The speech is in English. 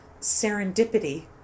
serendipity